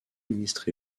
ministre